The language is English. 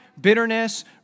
Bitterness